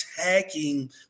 attacking